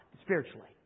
spiritually